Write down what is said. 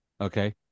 Okay